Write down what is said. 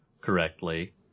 correctly